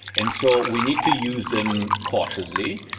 and so we need to use them cautiously.